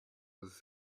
whether